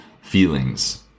feelings